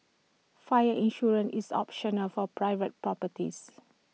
fire insurance is optional for private properties